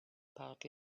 part